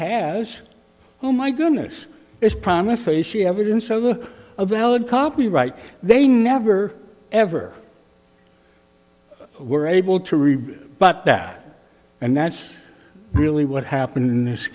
has oh my goodness is promised facie evidence over a valid copyright they never ever were able to read but that and that's really what happened in this